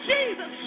Jesus